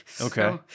Okay